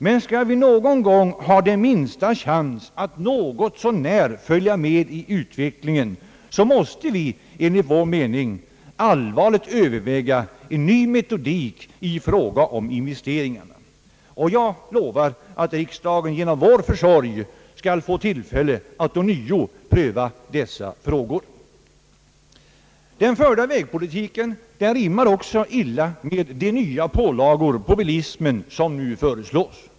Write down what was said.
Men skall vi ha den minsta chans att något så när följa med i utvecklingen måste vi enligt vår mening allvarligt överväga ny metodik i fråga om investeringarna. Jag lovar att riksdagen genom vår för Statsverkspropositionen m.m. sorg skall få tillfälle att ånyo pröva dessa frågor. Den förda vägpolitiken rimmar illa med de nya pålagor på bilismen som nu föreslås.